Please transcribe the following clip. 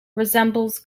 resembles